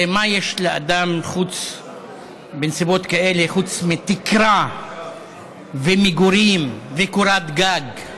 הרי מה יש לאדם בנסיבות כאלה חוץ מתקרה ומגורים וקורת גג?